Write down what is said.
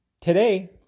Today